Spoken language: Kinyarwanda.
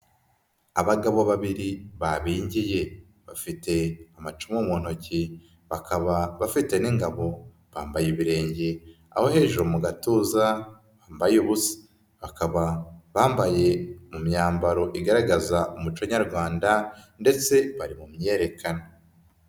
Abagabo babiri babingiye bafite amacumu mu ntoki bakaba bafite n'ingabo, bambaye ibirenge aho hejuru mu gatuza bambaye ubusa, bakaba bambaye mu myambaro igaragaza umuco nyarwanda ndetse bari mu myiyerekano.